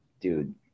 dude